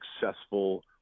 successful